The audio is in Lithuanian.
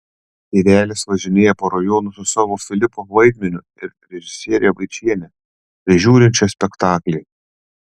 tėvelis važinėja po rajonus su savo filipo vaidmeniu ir režisiere vaičiene prižiūrinčia spektaklį